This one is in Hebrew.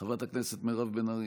חברת הכנסת מירב בן ארי.